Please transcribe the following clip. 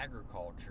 agriculture